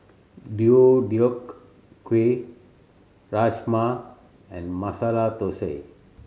Deodeok Gui Rajma and Masala Dosa